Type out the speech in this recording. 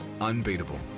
Unbeatable